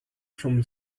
from